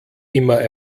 immer